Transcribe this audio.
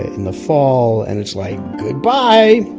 in the fall. and it's like, goodbye!